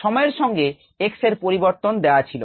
সময়ের সঙ্গে সঙ্গে X এর পরিবর্তন দেয়া ছিল